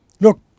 look